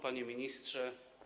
Panie Ministrze!